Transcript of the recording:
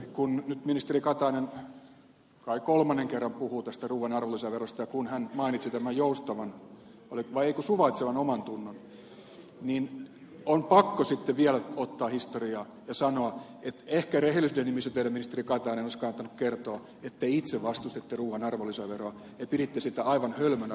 kun nyt ministeri katainen kai kolmannen kerran puhuu tästä ruuan arvonlisäverosta ja kun hän mainitsi tämän suvaitsevan omantunnon niin on pakko vielä ottaa historiaa ja sanoa että ehkä rehellisyyden nimissä teidän ministeri katainen olisi kannattanut kertoa että te itse vastustitte ruuan arvonlisäveroa ja piditte sitä aivan hölmönä rahankäyttönä